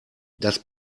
das